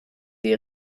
die